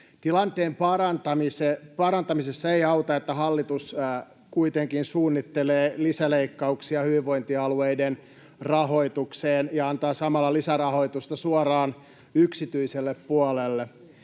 Tilanteen parantamisessa ei auta, että hallitus kuitenkin suunnittelee lisäleikkauksia hyvinvointialueiden rahoitukseen ja antaa samalla lisärahoitusta suoraan yksityiselle puolelle.